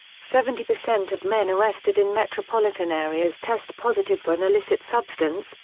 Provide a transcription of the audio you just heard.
seventy percent of men arrested in metropolitan areas test positive for an illicit substance,